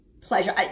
pleasure